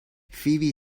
فیبی